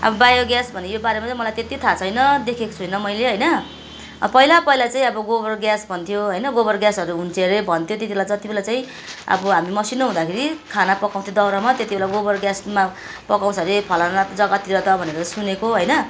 अब बायोग्यास भन्ने यो बारेमा चाहिँ मलाई त्यति थाहा छैन देखेको छुइनँ मैले होइन अब पहिला पहिला चाहिँ अब गोबर ग्यास भन्थ्यो होइन गोबर ग्यासहरू हुन्थ्यो अरे भन्थ्यो त्यति बेला जति बेला चाहिँ अब हामी मसिनो हुँदाखेरि खाना पकाउँथ्यो दाउरामा त्यति बेला गोबर ग्यासमा पकाउँछ अरे फलाना जग्गातिर त भनेर सुनेको होइन